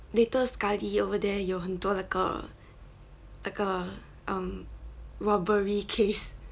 later sekali over there 有很多那个 um robbery case